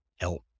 help